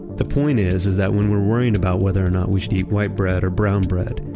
the point is is that when we're worrying about whether or not we should eat white bread or brown bread,